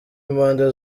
impande